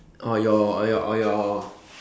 or your or your or your